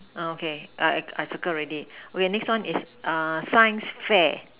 uh okay I I I circle already okay next one is err science fair